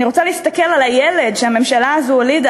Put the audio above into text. אני רוצה להסתכל על הילד שהממשלה הזאת הולידה